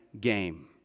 game